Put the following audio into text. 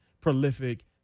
prolific